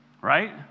Right